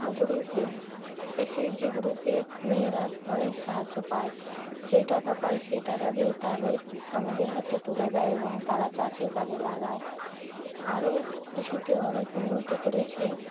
group SHG গ্রুপে মেয়েরা অনেক সাহায্য পায় যেই টাকা পায় সেই টাকা দিয়ে তাদের স্বামীদের হাতে তুলে দেয় এবং তারা চাষের কাজে লাগায় আরও কৃষিতে অনেক উন্নতি করেছে